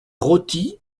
roty